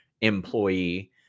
employee